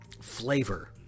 flavor